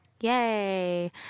Yay